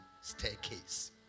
staircase